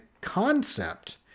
concept